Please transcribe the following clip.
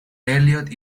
elliott